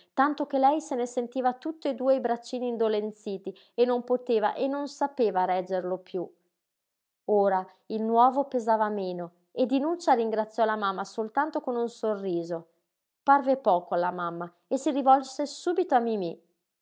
tanto che lei se ne sentiva tutt'e due i braccini indolenziti e non poteva e non sapeva reggerlo piú ora il nuovo pesava meno e dinuccia ringraziò la mamma soltanto con un sorriso parve poco alla mamma e si rivolse subito a mimí